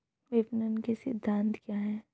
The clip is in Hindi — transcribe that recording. विपणन के सिद्धांत क्या हैं?